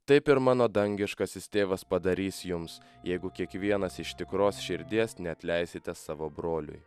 taip ir mano dangiškasis tėvas padarys jums jeigu kiekvienas iš tikros širdies neatleisite savo broliui